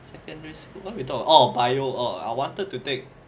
secondary school what we talk about orh bio orh I wanted to take